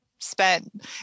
Spent